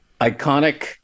iconic